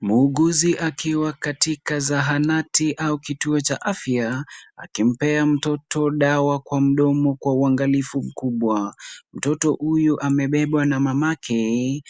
Muuguzi akiwa katka zahanati au kituo cha afya, akimpea mtoto dawa kwa mdomo kwa uangalifu mkubwa. Mtoto huyu amebebwa na mamake